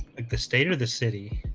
like the state of the city